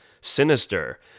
sinister